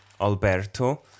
Alberto